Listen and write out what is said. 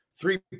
three